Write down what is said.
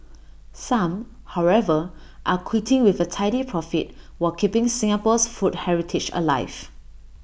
some however are quitting with A tidy profit while keeping Singapore's food heritage alive